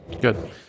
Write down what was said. Good